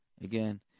again